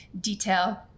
detail